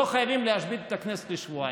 לא חייבים להשבית את הכנסת לשבועיים.